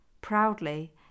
Proudly